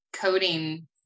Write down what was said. coding